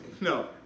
No